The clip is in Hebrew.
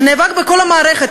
שנאבק בכל המערכת,